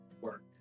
work